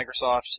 Microsoft